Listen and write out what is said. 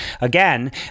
Again